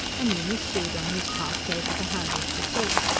a new misdeed on his part gave her the handle she sought.